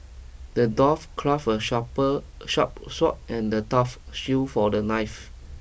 the dwarf craft a sharper sharp sword and a tough shield for the knife